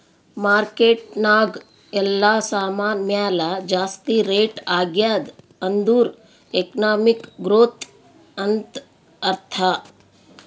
market ನಾಗ್ ಎಲ್ಲಾ ಸಾಮಾನ್ ಮ್ಯಾಲ ಜಾಸ್ತಿ ರೇಟ್ ಆಗ್ಯಾದ್ ಅಂದುರ್ ಎಕನಾಮಿಕ್ ಗ್ರೋಥ್ ಅಂತ್ ಅರ್ಥಾ